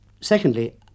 Secondly